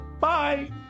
Bye